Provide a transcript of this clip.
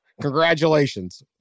Congratulations